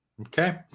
Okay